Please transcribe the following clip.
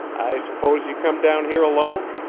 i s'pose you come down here alone?